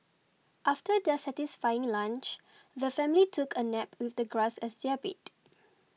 after their satisfying lunch the family took a nap with the grass as their bed